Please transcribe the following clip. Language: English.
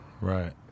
Right